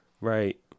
Right